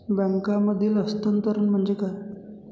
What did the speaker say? बँकांमधील हस्तांतरण म्हणजे काय?